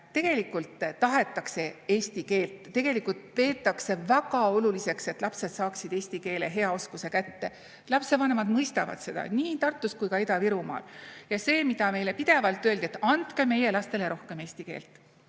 tegelikult tahetakse eesti keelt, tegelikult peetakse väga oluliseks, et lapsed saaksid hea eesti keele oskuse kätte. Lapsevanemad mõistavad seda nii Tartus kui ka Ida-Virumaal. Ja see, mida meile pidevalt öeldi, et andke meie lastele rohkem eesti keelt.